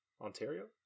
Ontario